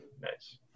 Nice